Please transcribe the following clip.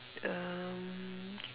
um